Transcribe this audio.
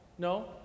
No